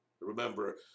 Remember